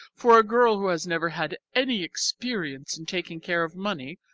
for a girl who has never had any experience in taking care of money,